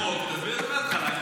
יש הצעת חוק.